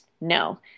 No